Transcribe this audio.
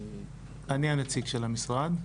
אני הנציג של המשרד.